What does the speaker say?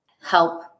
help